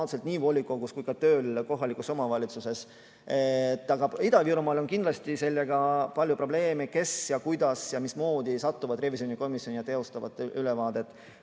nii volikogus kui ka tööl kohalikus omavalitsuses. Aga Ida-Virumaal on kindlasti sellega palju probleeme, kes ja kuidas ja mismoodi satuvad revisjonikomisjoni ja teevad ülevaadet.